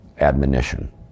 admonition